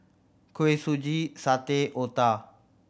Kuih Suji satay otah